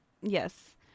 Yes